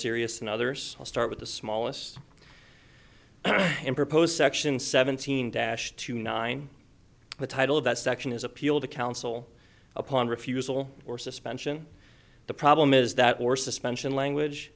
serious and others i'll start with the smallest and proposed section seventeen dash two nine the title of that section is appeal to council upon refusal or suspension the problem is that more suspension language